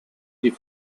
die